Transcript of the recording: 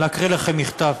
להקריא לכם מכתב,